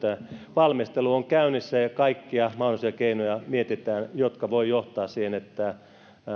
valmistelu on käynnissä ja mietitään kaikkia mahdollisia keinoja jotka voivat johtaa siihen että